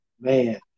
man